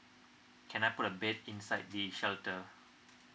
can I put a bed inside the shelter